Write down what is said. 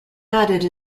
added